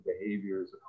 behaviors